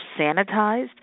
sanitized